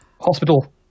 Hospital